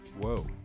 Whoa